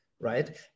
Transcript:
right